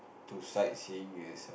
to sight seeing is err